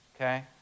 Okay